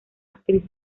actriz